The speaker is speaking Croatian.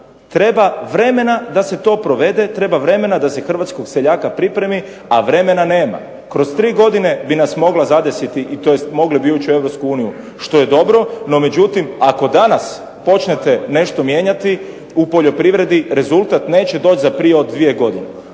Treba vremena da se to provede, treba vremena da se hrvatskog seljaka pripremi, a vremena nema. Kroz tri godine bi nas mogla zadesiti tj. mogli bi ući u Europsku uniju što je dobro. No međutim, ako danas počnete nešto mijenjati u poljoprivredi rezultat neće doći za prije od dvije godine.